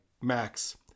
Max